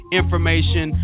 information